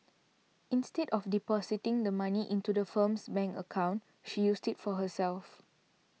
instead of depositing the money into the firm's bank account she used it for herself